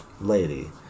lady